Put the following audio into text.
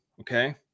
okay